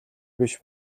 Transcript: биш